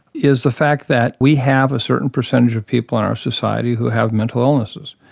is the fact that we have a certain percentage of people in our society who have mental illnesses.